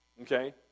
Okay